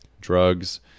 drugs